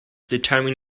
determine